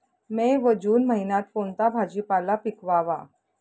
मे व जून महिन्यात कोणता भाजीपाला पिकवावा?